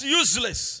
useless